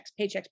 paychecks